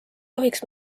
tohiks